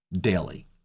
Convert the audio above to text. daily